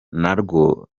narwo